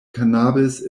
cannabis